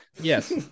yes